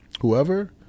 whoever